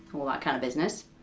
all that kind of business.